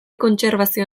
kontserbazio